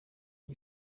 iki